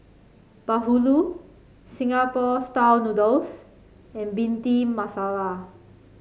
bahulu Singapore style noodles and Bhindi Masala